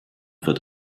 wird